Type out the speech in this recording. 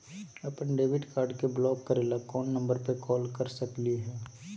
अपन debit card के block करे ला कौन नंबर पे कॉल कर सकली हई?